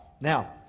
Now